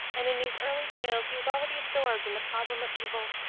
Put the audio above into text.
and in these early tales he was already absorbed in the problem of evil,